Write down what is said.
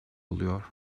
oluyor